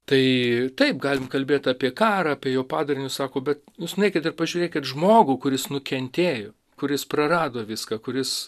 tai taip galim kalbėt apie karą apie jo padarinius sako bet jūs nueikit ir pažiūrėkit žmogų kuris nukentėjo kuris prarado viską kuris